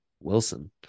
Wilson